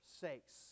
sakes